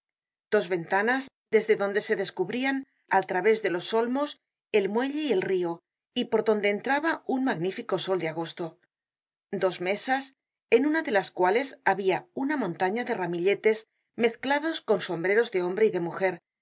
dos ventanas desde donde se descubrian al través de los olmos el muelle y el rio y por donde entraba un magnífico sol de agos'to dos mesas en una de las cuales habia una montaña de ramilletes mezclados con sombreros de hombre y de mujer